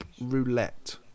Roulette